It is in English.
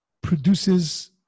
produces